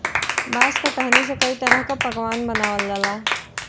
बांस क टहनी से कई तरह क पकवान बनावल जाला